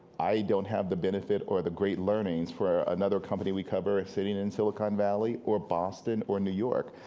i don't have the benefit or the great learnings for another company we cover ah sitting in silicon valley or boston or new york.